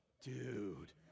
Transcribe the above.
dude